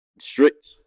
strict